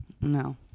no